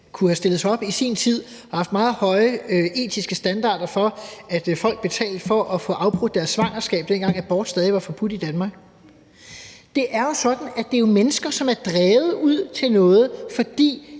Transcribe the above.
kunne have stillet sig op og have haft meget høje etiske standarder for, at folk betalte for at få afbrudt deres svangerskab, dengang abort stadig var forbudt i Danmark. Det er jo sådan, at det er mennesker, som er drevet ud i noget, fordi